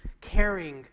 caring